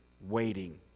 waiting